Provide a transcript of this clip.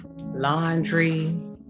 laundry